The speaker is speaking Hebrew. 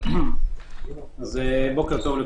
בוקר טוב.